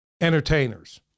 entertainers